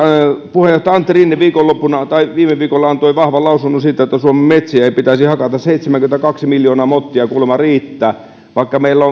puheenjohtaja antti rinne viime viikolla antoi vahvan lausunnon siitä että suomen metsiä ei pitäisi hakata seitsemänkymmentäkaksi miljoonaa mottia kuulemma riittää vaikka meillä